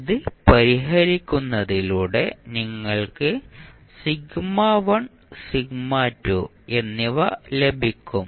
ഇത് പരിഹരിക്കുന്നതിലൂടെ നിങ്ങൾക്ക് എന്നിവ ലഭിക്കും